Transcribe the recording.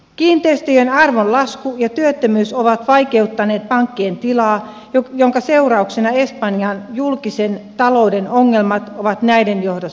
kiinteistöjen arvon lasku ja työttömyys ovat vaikeuttaneet pankkien tilaa ja sen seurauksena espanjan julkisen talouden ongelmat ovat kasvaneet